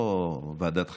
לא ועדת חקירה.